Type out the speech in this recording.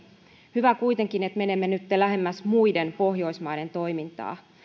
hyvä kuitenkin että menemme nyt lähemmäs muiden pohjoismaiden toimintaa